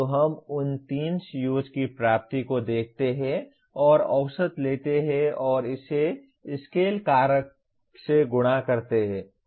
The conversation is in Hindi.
तो हम उन 3 COs की प्राप्ति को देखते हैं और औसत लेते हैं और इसे स्केल कारक से गुणा करते हैं